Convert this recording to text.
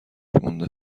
مونده